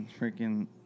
freaking –